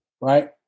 Right